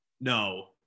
No